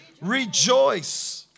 Rejoice